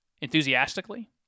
enthusiastically